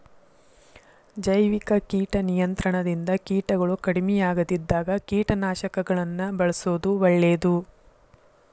ಜೈವಿಕ ಕೇಟ ನಿಯಂತ್ರಣದಿಂದ ಕೇಟಗಳು ಕಡಿಮಿಯಾಗದಿದ್ದಾಗ ಕೇಟನಾಶಕಗಳನ್ನ ಬಳ್ಸೋದು ಒಳ್ಳೇದು